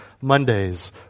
Mondays